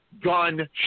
gun